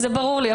ברור לי.